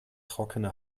trockene